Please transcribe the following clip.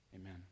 amen